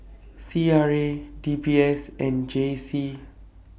C R A D B S and J C